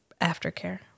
aftercare